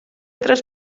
tres